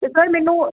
ਤੇ ਸਰ ਮੈਨੂੰ